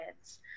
kids